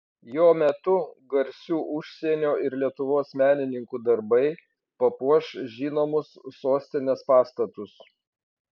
jo metu garsių užsienio ir lietuvos menininkų darbai papuoš žinomus sostinės pastatus